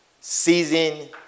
season